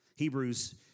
Hebrews